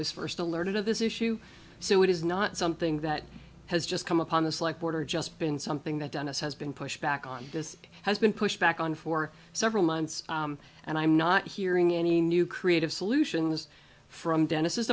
was first alerted of this issue so it is not something that has just come upon this like border just been something that dennis has been pushed back on this has been pushed back on for several months and i'm not hearing any new creative solutions from dennis